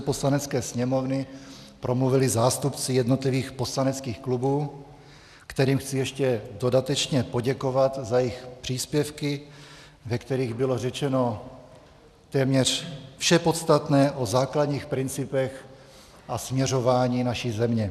Poslanecké sněmovny promluvili zástupci jednotlivých poslaneckých klubů, kterým chci ještě dodatečně poděkovat za jejich příspěvky, ve kterých bylo řečeno téměř vše podstatné o základních principech a směřování naší země.